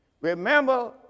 Remember